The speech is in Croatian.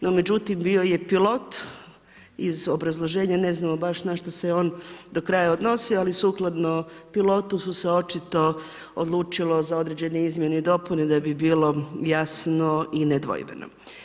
No međutim, bio je pilot iz obrazloženja ne znam baš na što se on do kraja odnosio, ali sukladno pilotu su se očito odlučilo za određene izmjene i dopune da bi bilo jasno i nedvojbeno.